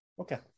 Okay